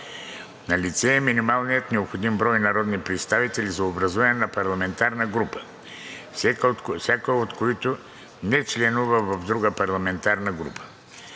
Налице е минималният необходим брой народни представители за образуване на парламентарна група, всеки от които не членува в друга парламентарна група.